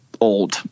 old